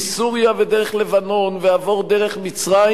מסוריה ודרך לבנון ועבור דרך מצרים